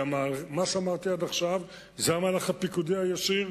כי מה שאמרתי עד עכשיו זה על המהלך הפיקודי הישיר,